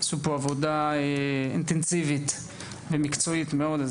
עשו פה עבודה אינטנסיבית ומקצועית מאוד.